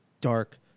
dark